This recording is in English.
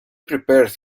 prepared